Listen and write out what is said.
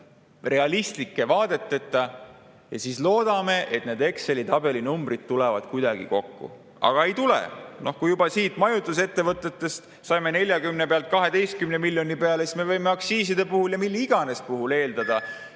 realistlike vaadeteta. Ja siis loodame, et need Exceli tabeli numbrid tulevad kuidagi kokku. Aga ei tule. Kui juba majutusettevõtete puhul saime 40 pealt 12 miljoni peale, siis me võime aktsiiside puhul ja mille iganes puhul eeldada,